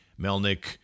Melnick